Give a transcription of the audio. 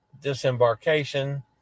disembarkation